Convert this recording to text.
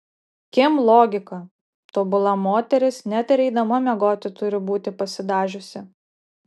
kim logika tobula moteris net ir eidama miegoti turi būti pasidažiusi